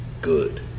good